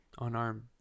unarmed